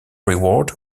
reward